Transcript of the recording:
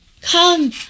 Come